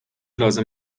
لازم